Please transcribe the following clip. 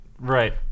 Right